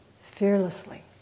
fearlessly